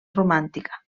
romàntica